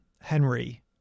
Henry